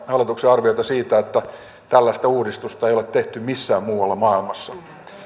hallituksen arviota siitä että tällaista uudistusta ei ole tehty missään muualla maailmassa